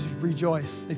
rejoice